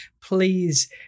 Please